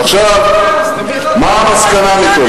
עכשיו, מה המסקנה מכל זה?